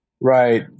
Right